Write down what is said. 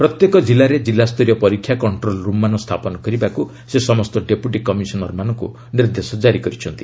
ପ୍ରତ୍ୟେକ ଜିଲ୍ଲାରେ ଜିଲ୍ଲାସ୍ତରୀୟ ପରୀକ୍ଷା କଷ୍ଟ୍ରୋଲ୍ ରୁମ୍ମାନ ସ୍ଥାପନ କରିବାକୁ ସେ ସମସ୍ତ ଡେପୁଟି କମିଶନରମାନଙ୍କୁ ନିର୍ଦ୍ଦେଶ ଜାରି କରିଛନ୍ତି